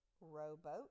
rowboat